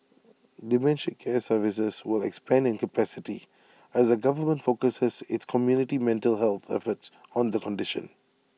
dementia care services will expand in capacity as the government focuses its community mental health efforts on the condition